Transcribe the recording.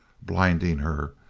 blinding her,